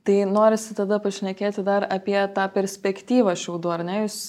tai norisi tada pašnekėti dar apie tą perspektyvą šiaudų ar ne jūs